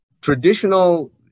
traditional